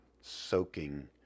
soaking